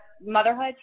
motherhood